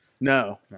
No